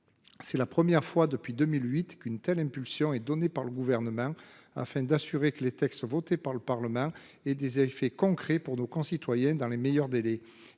C'est la première fois depuis 2008 qu'une telle impulsion est donnée par le gouvernement afin d'assurer que les textes votés par le Parlement et des effets concrets pour nos concitoyens dans les meilleurs délais